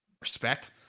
Respect